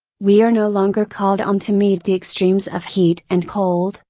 we are no longer called on to meet the extremes of heat and cold,